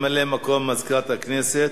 תודה לממלא-מקום מזכירת הכנסת.